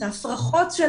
את ההפרחות של